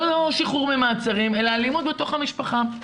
לא לשחרור ממעצרים אלא אלימות בתוך המשפחה.